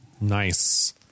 Nice